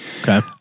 Okay